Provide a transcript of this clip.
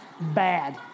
Bad